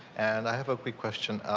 and i have a quick question.